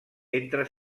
entre